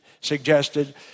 suggested